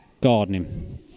gardening